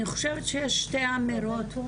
אני חושבת שיש שתי אמירות,